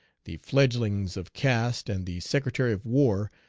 the fledglings of caste, and the secretary of war,